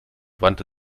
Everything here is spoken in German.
wandte